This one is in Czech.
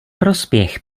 prospěch